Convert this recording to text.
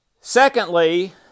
Secondly